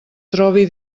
trobi